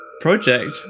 project